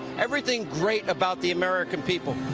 everything great about the american people.